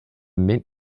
mint